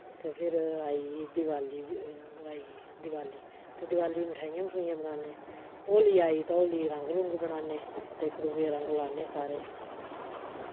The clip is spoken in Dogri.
ते फिर आई गेई दिवाली ओह् आई गेई दिवाली ते दिवाली गी मठाइयां मठूइयां बनाने होली आई ते होली गी रंग रुंग बनाने ते इक दुए रंग लान्ने सारे